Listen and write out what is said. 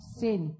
sin